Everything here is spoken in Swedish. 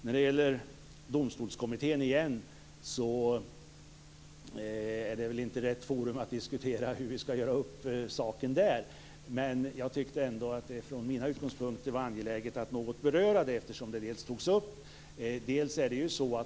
När det gäller Domstolskommittén, igen, är väl inte detta rätt forum att diskutera hur vi skall göra upp saken. Men jag tyckte ändå att det från mina utgångspunkter var angeläget att något beröra frågan eftersom den togs upp.